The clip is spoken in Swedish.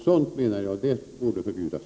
Sådant menar jag borde förbjudas.